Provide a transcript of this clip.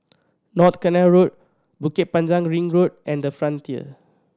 North Canal Road Bukit Panjang Ring Road and The Frontier